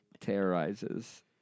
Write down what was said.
terrorizes